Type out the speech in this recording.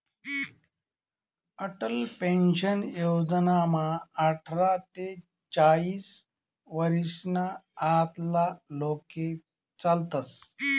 Atal pension योजनामा आठरा ते चाईस वरीसना आतला लोके चालतस